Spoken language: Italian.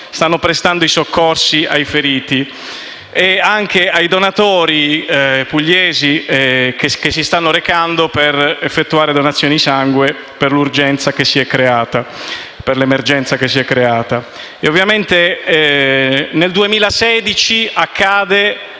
stanno prestando i soccorsi ai feriti e ai donatori pugliesi che si stanno recando ad effettuare donazioni di sangue per l'emergenza che si è creata. Nel 2016 accade